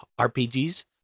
rpgs